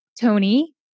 Tony